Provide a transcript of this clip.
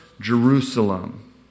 Jerusalem